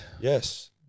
Yes